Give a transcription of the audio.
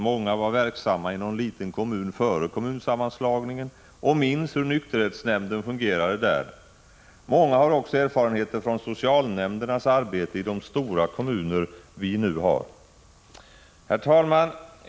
Många var verksamma i någon liten kommun före kommunsammanslagningen och minns hur nykterhetsnämnden fungerade där. Många har också erfarenheter från socialnämndernas arbete i de stora kommuner vi nu har. Herr talman!